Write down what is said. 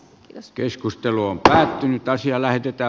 jos keskustelu on päättynyt asiaa kiitos